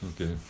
Okay